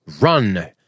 Run